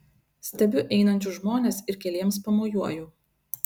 stebiu einančius žmones ir keliems pamojuoju